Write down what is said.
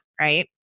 right